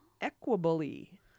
Equably